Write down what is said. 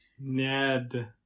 Ned